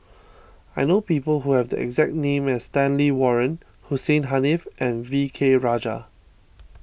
I know people who have the exact name as Stanley Warren Hussein Haniff and V K Rajah